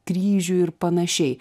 kryžių ir panašiai